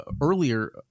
earlier